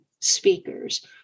speakers